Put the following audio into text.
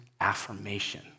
affirmation